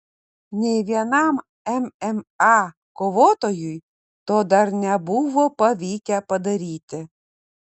nei vienam mma kovotojui to dar nebuvo pavykę padaryti